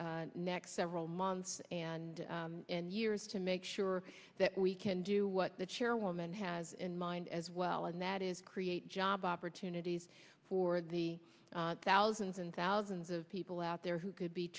these next several months and years to make sure that we can do what the chairwoman has in mind as well and that is create job opportunities for the thousands and thousands of people out there who could be